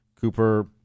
Cooper